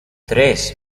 tres